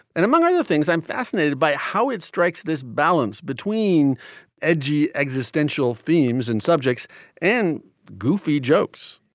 and among other things, i'm fascinated by how it strikes this balance between edgy existential themes and subjects and goofy jokes.